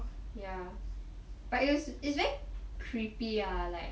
ya but it was it's very creepy ah like